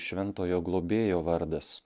šventojo globėjo vardas